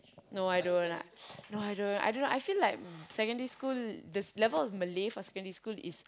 no I don't no I don't I don't know I feel like the secondary school the level of Malay in secondary school is